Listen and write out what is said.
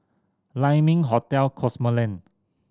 Lai Ming Hotel Cosmoland